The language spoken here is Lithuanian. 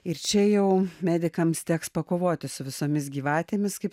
ir čia jau medikams teks pakovoti su visomis gyvatėmis kaip